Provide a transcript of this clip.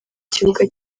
kibuga